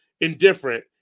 indifferent